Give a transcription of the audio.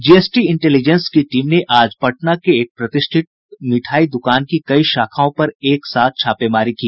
GST intelligence की team ने आज पटना के एक प्रतिष्ठित मिठाई दुकान की कई शाखाओं पर एक साथ छापेमारी की